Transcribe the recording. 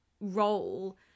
role